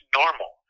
normal